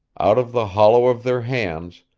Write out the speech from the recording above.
out of the hollow of their hands,